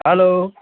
hello